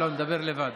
לא, נדבר לבד.